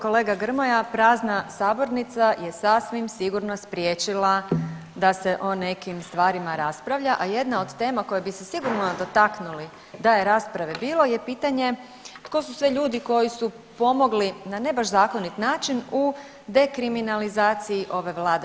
Kolega Grmoja prazna sabornica je sasvim sigurno spriječila da se o nekim stvarima raspravlja, a jedna od tema koje bi se sigurno dotaknuli da je rasprave bilo je pitanje tko su sve ljudi koji su pomogli na ne baš zakonit način u dekriminalizaciji ove vlade.